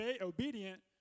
obedient